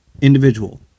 individual